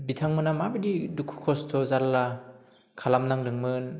बिथांमोनहा माबायदि दुखु खस्थ' जारला खालामनांदोंमोन